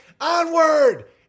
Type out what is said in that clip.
Onward